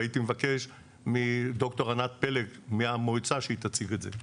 והייתי מבקש מד"ר ענת פלג מהמועצה שתציג את זה.